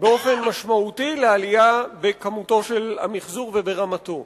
באופן משמעותי לעלייה בכמותו של המיחזור וברמתו.